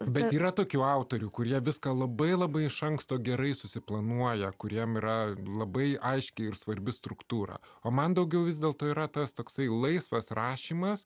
bet yra tokių autorių kurie viską labai labai iš anksto gerai susiplanuoja kuriems yra labai aiški ir svarbi struktūra o man daugiau vis dėlto yra tas toksai laisvas rašymas